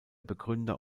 begründer